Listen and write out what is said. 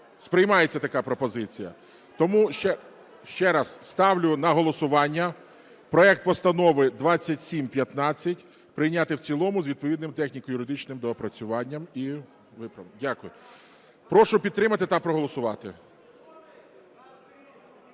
Сприймається така пропозиція. Тому ще раз ставлю на голосування проект Постанови 2715 прийняти в цілому з відповідним техніко-юридичним доопрацюванням і… Дякую. Прошу підтримати та проголосувати.